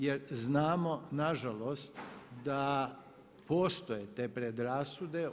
Jer znamo na Žalost da postoje te predrasude.